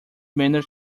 manner